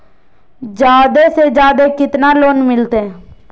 जादे से जादे कितना लोन मिलते?